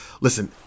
Listen